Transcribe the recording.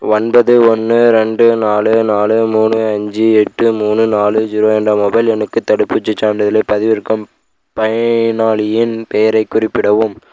ஒன்பது ஒன்று ரெண்டு நாலு நாலு மூணு அஞ்சு எட்டு மூணு நாலு ஜீரோ என்ற மொபைல் எண்ணுக்கு தடுப்பூசிச் சான்றிதழைப் பதிவிறக்கும் பயனாளியின் பெயரை குறிப்பிடவும்